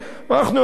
אבל אנחנו יודעים,